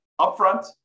upfront